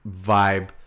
vibe